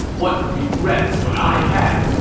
what regret would i have?